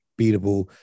beatable